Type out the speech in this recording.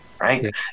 right